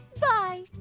Bye